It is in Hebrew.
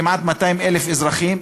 כמעט 200,000 אזרחים,